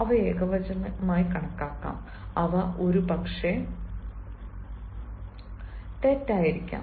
അവ ഏകവചനമായി കണക്കാക്കാം അവ ഒരുപക്ഷേ തെറ്റായിരിക്കാം